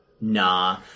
nah